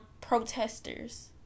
protesters